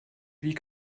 wie